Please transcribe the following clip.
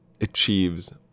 achieves